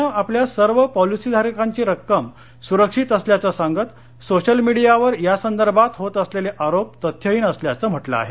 नं आपल्या सर्व पॉलीसी धारकांची रक्कम सुरक्षीत असल्याचं सांगत सोशल मिडियावर यासंदर्भात होत असलेले आरोप तथ्यहिन असल्याचं म्हटलं आहे